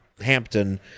hampton